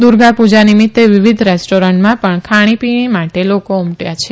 દુર્ગાપુજા નિમિત્તે વિવિધ રેસ્ટોરન્ટમાં પણ ખાણીપીણી માટે લોકો ઉમટયા છે